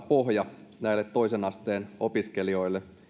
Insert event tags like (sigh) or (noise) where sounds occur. (unintelligible) pohja näille toisen asteen opiskelijoille